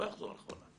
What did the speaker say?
לא יחזור אחורה.